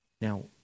Now